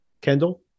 Kendall